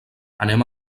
anem